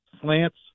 slants